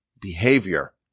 behavior